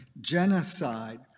genocide